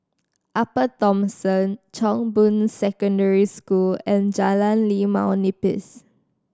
Upper Thomson Chong Boon Secondary School and Jalan Limau Nipis